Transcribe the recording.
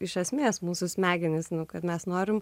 iš esmės mūsų smegenys nu kad mes norime